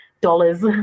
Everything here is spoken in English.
dollars